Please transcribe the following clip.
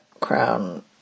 Crown